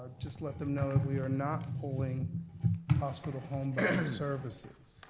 just let them know we are not pulling hospital homebound services.